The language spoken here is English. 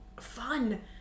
fun